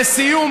לסיום,